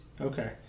Okay